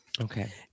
Okay